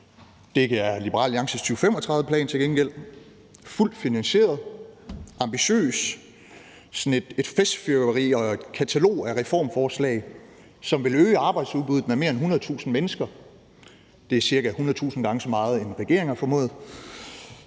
Det er Liberal Alliances 2035-plan til gengæld. Den er fuldt finansieret, ambitiøs, sådan et festfyrværkeri og et katalog af reformforslag, som vil øge arbejdsudbuddet med mere end 100.000 mennesker. Det er ca. 100.000 gange mere, end regeringen har formået.